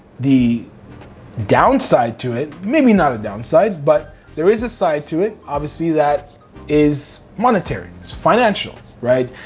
the downside to it, maybe not a downside, but there is a side to it, obviously that is monetary, is financial, right?